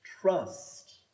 Trust